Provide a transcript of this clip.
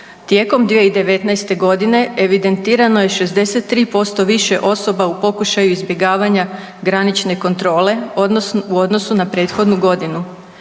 Tijekom 2019.g. evidentirano je 63% više osoba u pokušaju izbjegavanja granične kontrole u odnosu na prethodnu godinu.